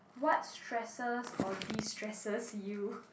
what stresses or destresses you